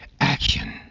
action